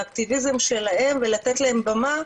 באקטיביזם שלה ולתת להם במה,